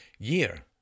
Year